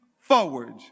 forward